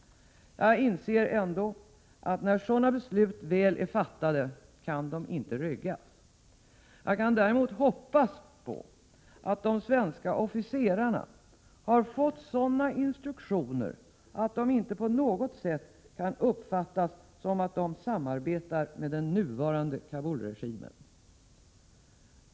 Jag inser ändå att när sådana beslut väl är fattade kan de inte ryggas. Jag kan däremot hoppas att de svenska officerarna har fått sådana instruktioner att det inte på något sätt kan uppfattas som om de samarbetar med den nuvarande Kabulregimen.